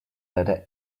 letter